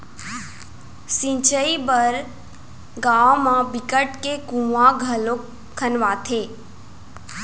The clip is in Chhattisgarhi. सिंचई बर गाँव म बिकट के कुँआ घलोक खनवाथे